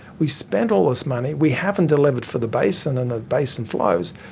we've spent all this money, we haven't delivered for the basin and the basin flows,